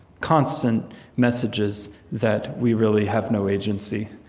constant messages that we really have no agency,